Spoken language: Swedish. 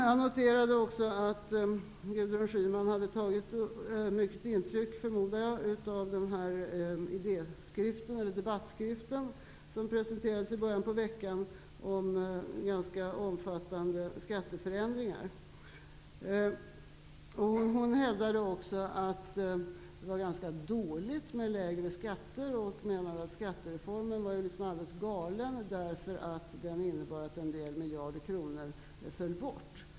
Jag noterade också att Gudrun Schyman förmodligen har tagit stort intryck av den debattskrift som presenterades i början på veckan och som handlade om ganska omfattande skatteförändringar. Hon hävdade också att det var ganska dåligt med lägre skatter. Hon menade att skattereformen var alldeles galen, eftersom den innebar att några miljarder kronor föll bort.